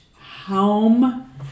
home